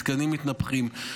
מתקנים מתנפחים,